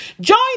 join